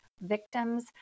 victims